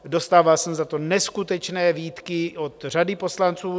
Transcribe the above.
Dostával jsem za to neskutečné výtky od řady poslanců.